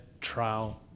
trial